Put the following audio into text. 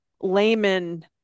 layman